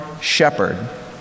shepherd